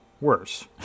worse